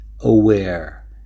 aware